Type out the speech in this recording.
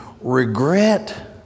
regret